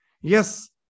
Yes